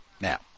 now